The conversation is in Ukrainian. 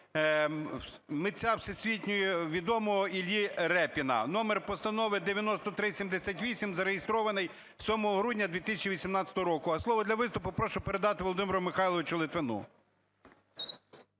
митця всесвітньовідомого Іллі Рєпіна, номер постанови 9378, зареєстрований 7 грудня 2018 року. А слово для виступу прошу передати Володимиру Михайловичу Литвину.